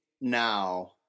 now